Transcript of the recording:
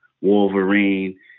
Wolverine